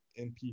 np